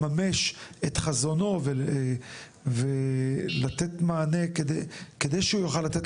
לממש את חזונו ולתת מענה כדי שהוא יוכל לתת